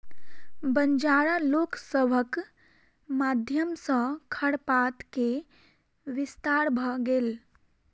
बंजारा लोक सभक माध्यम सॅ खरपात के विस्तार भ गेल